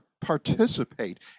participate